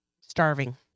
Starving